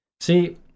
See